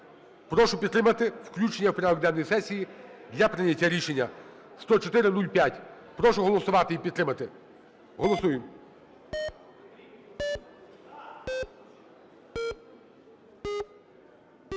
Прошу підтримати включення у порядок денний сесії для прийняття рішення 10405. Прошу проголосувати і підтримати. Голосуємо.